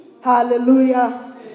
Hallelujah